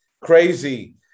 crazy